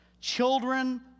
Children